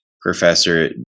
Professor